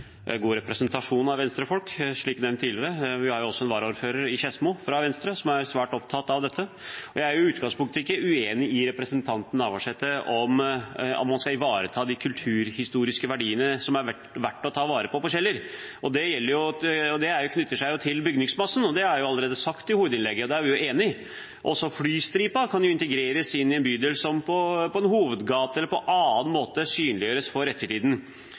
god representasjon av Venstre-folk. Vi har også en varaordfører i Skedsmo fra Venstre som er svært opptatt av dette. Jeg er i utgangspunktet ikke uenig med representanten Navarsete i at vi skal ivareta de kulturhistoriske verdiene som er verdt å ta vare på, på Kjeller. Det knytter seg til bygningsmassen. Det har jeg allerede sagt i hovedinnlegget, og der er vi enige. Flystripen kan integreres inn i en bydel som hovedgate eller på annen måte synliggjøres for ettertiden.